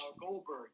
Goldberg